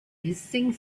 hissing